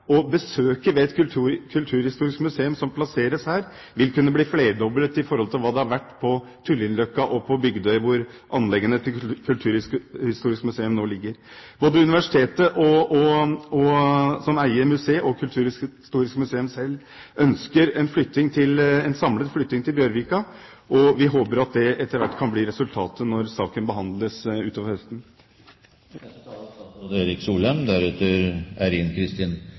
Og antall besøk ved et Kulturhistorisk museum som plasseres her, vil kunne bli flerdoblet i forhold til hva det har vært på Tullinløkka og på Bygdøy, hvor anleggene til Kulturhistorisk museum nå ligger. Både Universitetet i Oslo, som eier museet, og Kulturhistorisk museum selv ønsker en samlet flytting til Bjørvika, og vi håper at det etter hvert kan bli resultatet når saken behandles utover høsten.